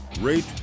rate